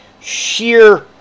sheer